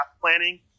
planning